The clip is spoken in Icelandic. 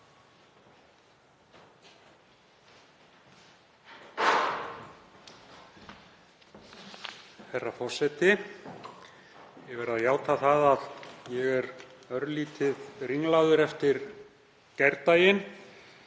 Herra forseti. Ég verð að játa að ég er örlítið ringlaður eftir gærdaginn